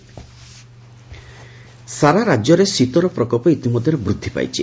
ପାଣିପାଗ ସାରା ରାଜ୍ୟରେ ଶୀତର ପ୍ରକୋପ ଇତିମଧ୍ଧରେ ବୃଦ୍ଧି ପାଇଛି